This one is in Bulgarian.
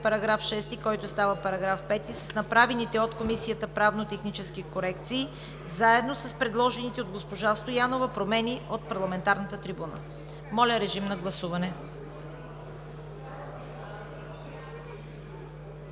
за § 6, който става § 5, с направените от Комисията правно-технически корекции, заедно с предложените от госпожа Стоянова промени от парламентарната трибуна. Гласували